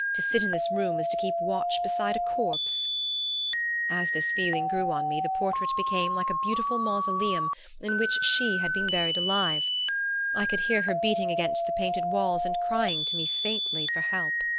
to sit in this room is to keep watch beside a corpse as this feeling grew on me the portrait became like a beautiful mausoleum in which she had been buried alive i could hear her beating against the painted walls and crying to me faintly for help.